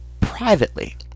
privately